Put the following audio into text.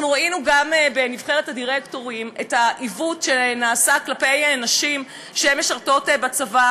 ראינו גם בנבחרת הדירקטורים את העיוות שנעשה כלפי נשים שמשרתות בצבא